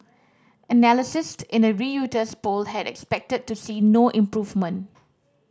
analysts in a Reuters poll had expected to see no improvement